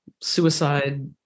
suicide